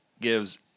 gives